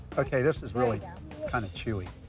okay, this is really yeah kind of chewy.